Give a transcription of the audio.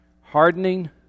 Hardening